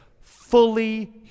fully